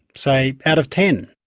say, out of ten?